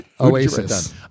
Oasis